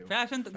Fashion